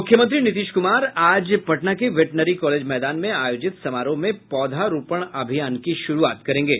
मुख्यमंत्री नीतीश कुमार आज पटना के वेटनरी कॉलेज मैदान में आयोजित समारोह में पौधारोपण अभियान की शुरूआत करेंगे